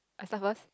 I start first